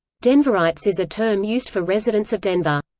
denverites is a term used for residents of denver.